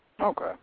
Okay